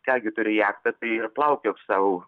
ką gi turi jachtą tai ir plaukiok sau